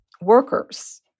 workers